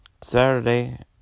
Saturday